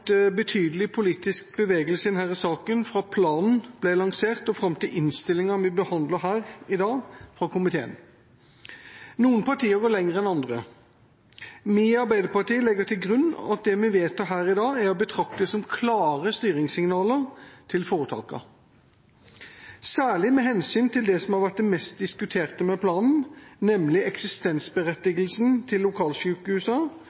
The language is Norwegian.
betydelig politisk bevegelse i denne saken – fra planen ble lansert, og fram til komitéinnstillinga vi behandler her i dag. Noen partier går lenger enn andre. Vi i Arbeiderpartiet legger til grunn at det vi vedtar her i dag, er å betrakte som klare styringssignaler til foretakene, særlig med hensyn til det som har vært det mest diskuterte i planen, nemlig